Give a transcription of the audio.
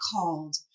called